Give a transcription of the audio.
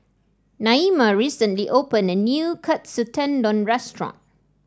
Naima recently open a new Katsu Tendon Restaurant